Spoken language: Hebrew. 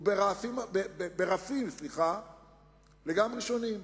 הוא ברף לגמרי שונה.